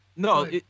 No